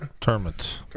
Tournaments